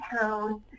town